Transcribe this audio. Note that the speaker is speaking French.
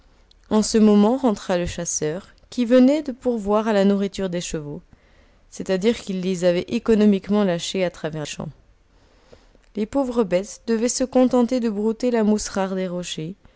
en ce moment rentra le chasseur qui venait de pourvoir à la nourriture des chevaux c'est-à-dire qu'il les avait économiquement lâchés à travers champs les pauvres bêtes devaient se contenter de brouter la mousse rare des rochers